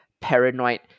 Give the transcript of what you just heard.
paranoid